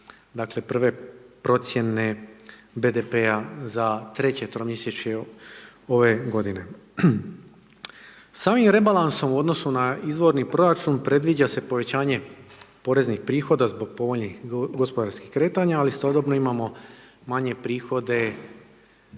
objavi prve procjene BDP-a za treće tromjesečje ove g. S ovim rebalansom u odnosu na izvorni proračun, predviđa se povećanje poreznih prihode zbog povoljnih gospodarskih kretanja, a istodobno imamo manje prihode na